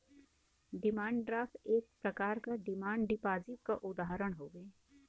demand draft एक प्रकार क डिमांड डिपाजिट क उदाहरण हउवे